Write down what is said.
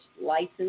license